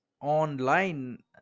online